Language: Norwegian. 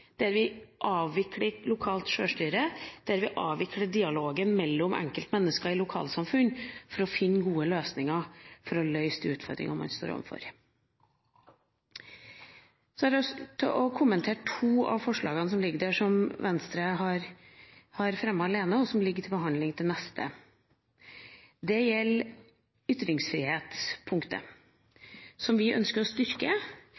der vi avvikler lokalt sjølstyre, og der vi avvikler dialogen mellom enkeltmennesker i lokalsamfunn for å finne gode løsninger for å løse de utfordringene en står overfor. Så har jeg lyst til å kommentere to av forslagene som ligger der, som Venstre er med på å fremme, og som ligger til behandling til neste stortingsperiode. Det gjelder ytringsfrihetspunktet, som vi ønsker å styrke